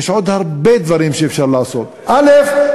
יש עוד הרבה דברים שאפשר לעשות: א.